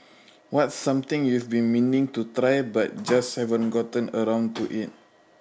what's something you've been meaning to try but just haven't gotten around to eat